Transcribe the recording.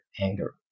anger